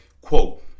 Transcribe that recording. quote